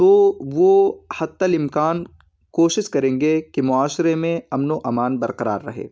تو وہ حتی الامکان کوشش کریں گے کہ معاشرے میں امن و امان برقرار رہے